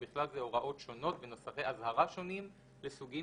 ובכלל זה הוראות שונות ונוסחי אזהרה שונים לסוגים